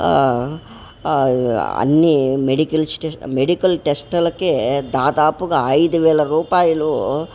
అన్ని medical medical టెస్టలకే దాదాపు ఐదు వేల రూపాయలు